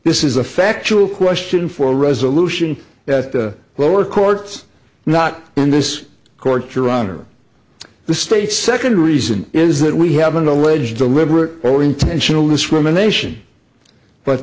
this is a factual question for a resolution at the lower courts not in this court your honor the state's second reason is that we haven't alleged deliberate or intentional discrimination but